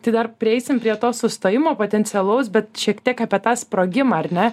tai dar prieisim prie to sustojimo potencialaus bet šiek tiek apie tą sprogimą ar ne